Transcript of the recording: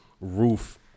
roof